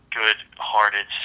good-hearted